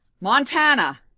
Montana